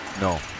no